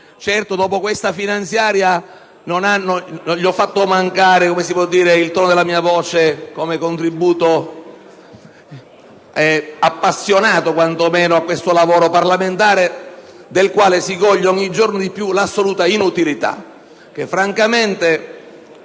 sulla legge finanziaria, non ho fatto mancare il tono della mia voce come contributo appassionato a questo lavoro parlamentare del quale si coglie ogni giorno di più l'assoluta inutilità. Francamente,